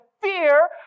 fear